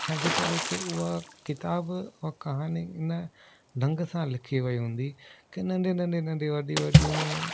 छाजे करे कि उहा किताब ऐं कहानी इन ढ़ग सा लिखी वई हूंदी हुई कि नंढे नंढे नंढे नंढे वॾी वॾियूं